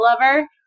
lover